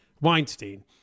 Weinstein